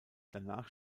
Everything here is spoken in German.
danach